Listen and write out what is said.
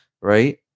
right